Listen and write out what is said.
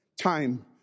time